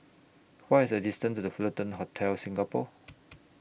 What IS The distance to The Fullerton Hotel Singapore